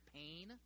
pain